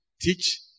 teach